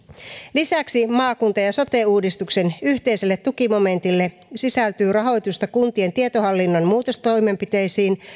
lisäksi maakunta ja sote uudistuksen yhteiselle tukimomentille sisältyy rahoitusta kuntien tietohallinnon muutostoimenpiteisiin